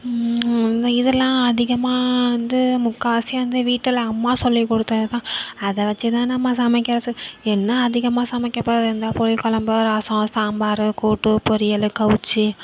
இது இதெல்லாம் அதிகமாக வந்து முக்கால்வாசி வந்து வீட்டில் அம்மா சொல்லிக் கொடுத்தது தான் அதை வெச்சு தான் நம்ம சமைக்கிறது என்ன அதிகமாக சமைக்க போவது இந்த புளி குழம்பு ரசம் சாம்பார் கூட்டு பொரியல் கவுச்சி